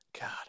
God